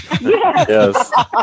Yes